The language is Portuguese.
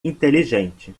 inteligente